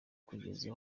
kugeza